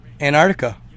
Antarctica